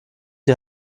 die